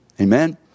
amen